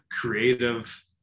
creative